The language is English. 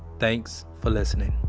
thanks for listening